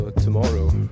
tomorrow